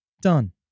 done